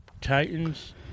Titans